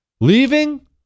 leaving